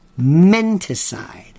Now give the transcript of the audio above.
menticide